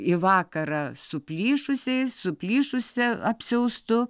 į vakarą suplyšusiais suplyšusia apsiaustu